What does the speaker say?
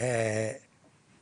קבוצה של 2800 איש.